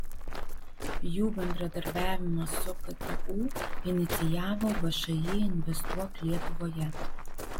jų bendradarbiavimą su ktu inicijavo všį investuok lietuvoje